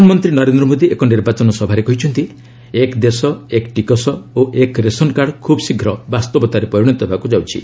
ପ୍ରଧାନମନ୍ତ୍ରୀ ନରେନ୍ଦ୍ର ମୋଦୀ ଏକ ନିର୍ବାଚନ ସଭାରେ କହିଛନ୍ତି ଏକ୍ ଦେଶ ଏକ୍ ଟିକସ ଓ ଏକ୍ ରେସନକାର୍ଡ ଖୁବ୍ ଶୀଘ୍ର ବାସ୍ତବତାରେ ପରିଣତ ହେବାକୁ ଯାଉଛି